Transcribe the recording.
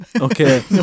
okay